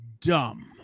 dumb